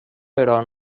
però